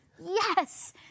yes